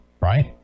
right